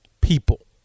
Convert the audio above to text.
people